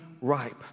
ripe